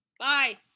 Bye